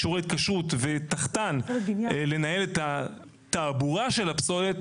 את אישורי ההתקשרות וגם את התעבורה של הפסולת,